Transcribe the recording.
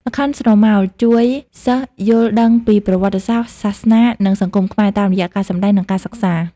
ល្ខោនស្រមោលជួយសិស្សយល់ដឹងពីប្រវត្តិសាស្ត្រ សាសនា និងសង្គមខ្មែរ តាមរយៈការសម្តែង និងការសិក្សា។